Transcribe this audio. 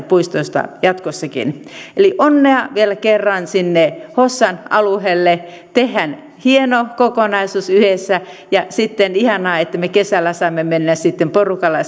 puistoista jatkossakin eli onnea vielä kerran sinne hossan alueelle tehdään hieno kokonaisuus yhdessä ja ihanaa että me kesällä saamme mennä porukalla